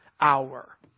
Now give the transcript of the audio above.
hour